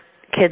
kids